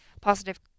positive